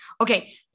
okay